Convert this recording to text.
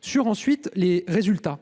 sur ensuite les résultats